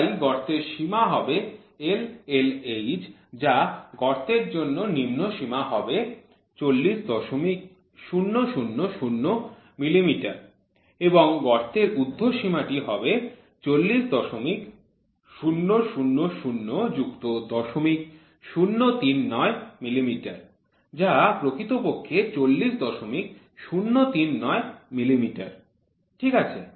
তাই গর্তের সীমা হবে LLH যা গর্তের জন্য নিম্ন সীমা হবে ৪০০০০ মিলিমিটার এবং গর্তের উর্ধ্বসীমা টি হবে ৪০০০০ যুক্ত ০০৩৯ মিলিমিটার যা প্রকৃতপক্ষে ৪০০৩৯ মিলিমিটার ঠিক আছে